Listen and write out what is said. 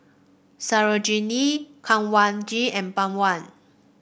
Sarojini Kanwaljit and Pawan